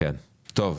טוב,